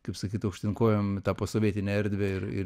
kaip sakyt aukštyn kojom tą posovietinę erdvę ir ir